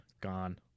gone